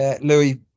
Louis